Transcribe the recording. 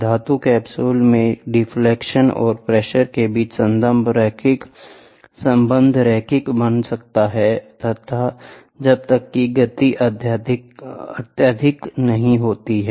धातु कैप्सूल में डिफलेक्शन और प्रेशर के बीच संबंध रैखिक बना रहता है जब तक कि गति अत्यधिक नहीं होता है